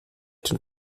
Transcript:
den